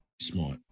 Smart